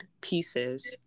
pieces